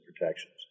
protections